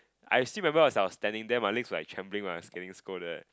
I still remember as I was standing there my legs were like trembling when I was getting scolded